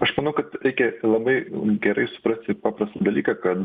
aš manau kad reikia labai gerai suprasti paprastą dalyką kad